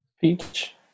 Peach